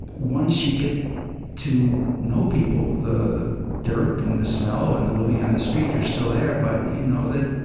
once you get to know people, the dirt and the smell and the living on the street are still there, but you know that,